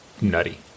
nutty